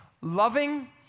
loving